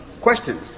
questions